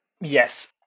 yes